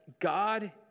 God